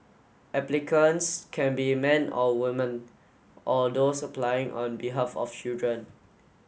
applicants can be men or woman or those applying on behalf of children